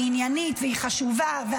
היא עניינית והיא חשובה.